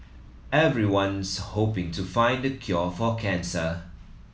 everyone's hoping to find the cure for cancer